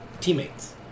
teammates